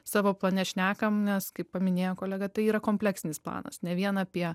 savo plane šnekam nes kaip paminėjo kolega tai yra kompleksinis planas ne vien apie